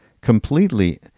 completely